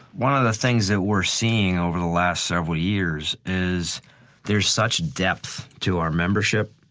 one of the things that we're seeing over the last several years is there's such depth to our membership.